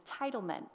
entitlement